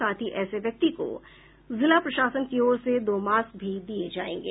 साथ ही ऐसे व्यक्ति को जिला प्रशासन की ओर से दो मास्क भी दिये जायेंगे